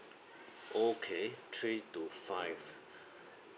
okay three to five